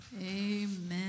Amen